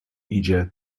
idzie